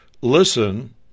listen